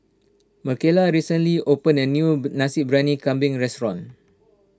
Micaela recently opened a new Nasi Briyani Kambing restaurant